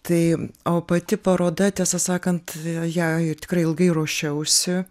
tai o pati paroda tiesą sakant ją ir tikrai ilgai ruošiausi